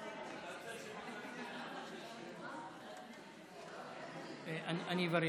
אני אברר.